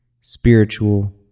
spiritual